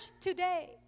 today